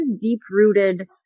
deep-rooted